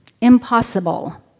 impossible